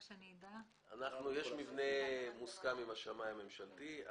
יש מבנה מוסכם עם השמאי הממשלתי.